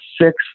six